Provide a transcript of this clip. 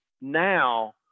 now